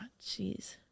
jeez